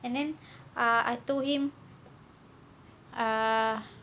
and then err I told him err